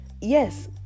Yes